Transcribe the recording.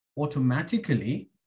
automatically